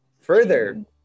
further